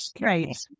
Right